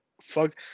Fuck